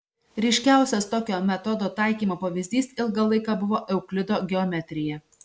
ryškiausias tokio metodo taikymo pavyzdys ilgą laiką buvo euklido geometrija